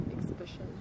exhibition